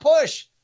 push